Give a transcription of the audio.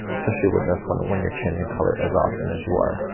especially with this one when your changing color as often as you are.